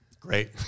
Great